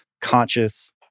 conscious